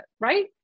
right